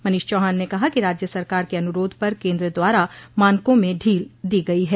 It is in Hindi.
मनीष चौहान ने कहा कि राज्य सरकार के अनुरोध पर केन्द्र द्वारा मानकों में ढील दी गई है